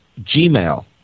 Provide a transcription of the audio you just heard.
Gmail